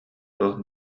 туох